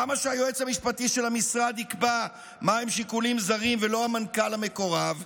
למה שהיועץ המשפטי של המשרד יקבע מה הם שיקולים זרים ולא המנכ"ל המקורב?